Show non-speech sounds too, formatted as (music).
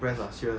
(breath)